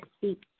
speak